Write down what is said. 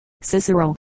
Cicero